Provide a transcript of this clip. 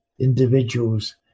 individuals